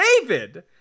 David